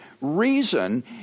Reason